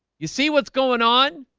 you see what's going on?